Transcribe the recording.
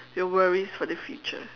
your worries for the future